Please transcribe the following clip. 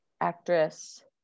actress